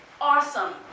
awesome